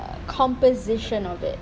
composition of it